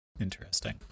interesting